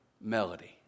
Melody